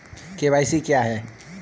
KYC क्या है?